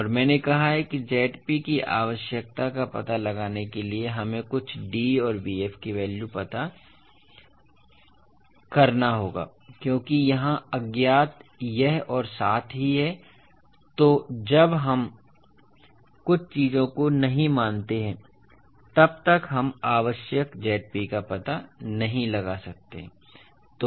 और मैंने कहा है कि Zp की आवश्यकता का पता लगाने के लिए हमें कुछ d और bf की वैल्यू लेना होगा क्योंकि यहाँ अज्ञात यह और साथ ही है इसलिए जब तक हम कुछ चीजों को नहीं मानते हैं तब तक हम आवश्यक Zp का पता नहीं लगा सकते हैं